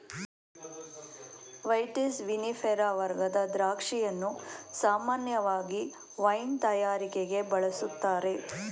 vitis vinifera ವರ್ಗದ ದ್ರಾಕ್ಷಿಯನ್ನು ಸಾಮಾನ್ಯವಾಗಿ ವೈನ್ ತಯಾರಿಕೆಗೆ ಬಳುಸ್ತಾರೆ